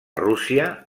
rússia